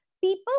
People